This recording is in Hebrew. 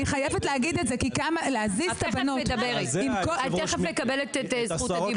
את תיכף מקבלת את זכות הדיבור.